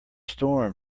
storm